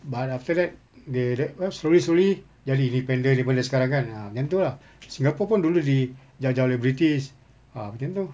but after that they then what slowly slowly jadi independent daripada sekarang kan ah macam itu lah singapore pun dulu dulu dijajah oleh british ah macam itu